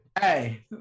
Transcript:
Hey